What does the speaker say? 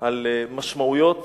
על משמעויות